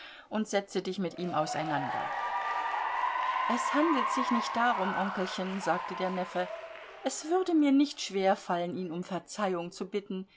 und setze dich mit ihm auseinander es handelt sich nicht darum onkelchen sagte der neffe es würde mir nicht schwer fallen ihn um verzeihung zu bitten